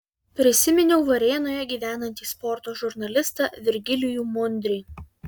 prisiminiau varėnoje gyvenantį sporto žurnalistą virgilijų mundrį